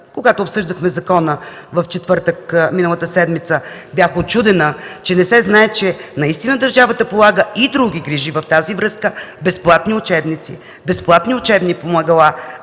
когато обсъждахме закона в четвъртък, миналата седмица, че не се знае, че наистина държавата полага и други грижи в тази връзка – безплатни учебници, безплатни учебни помагала